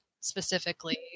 specifically